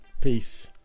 Peace